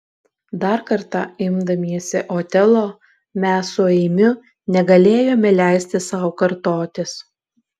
dar kartą imdamiesi otelo mes su eimiu negalėjome leisti sau kartotis